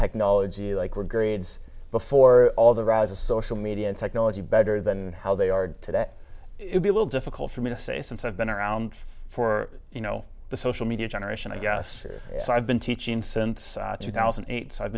technology like were grades before all the rise of social media and technology better than how they are today it would be a little difficult for me to say since i've been around for you know the social media generation i guess so i've been teaching since two thousand and eight so i've